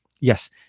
yes